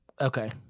Okay